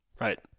Right